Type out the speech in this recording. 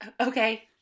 Okay